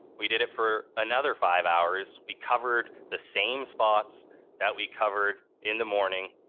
we did it for another five hours. we covered the same spots that we covered in the morning.